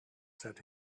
said